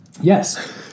Yes